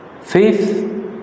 Faith